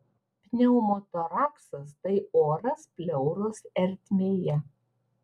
pneumotoraksas tai oras pleuros ertmėje